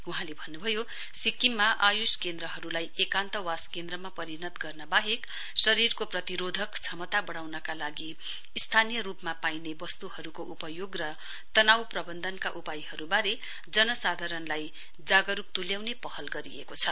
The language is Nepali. वहाँले भन्नुभयो सिक्किममा आयुष केन्द्रहरुलाई एकान्तवास केन्द्रमा परिणात गर्न वाहेक शरीरको प्रतिरोधक क्षमता वढ़ाउनका लागि स्थानीय रुपमा पाईने वस्तुहरुको उपयोग र तनव प्रवन्धनका उपायहरुवारे जनसाधारणलाई जागरुक तुल्याउने पहल गरिएको छ